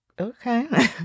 Okay